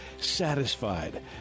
Satisfied